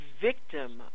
victim